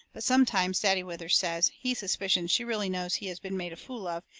but sometimes, daddy withers says, he suspicions she really knows he has been made a fool of,